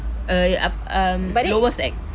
err uh um lower secondary